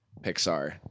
Pixar